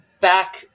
back